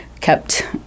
kept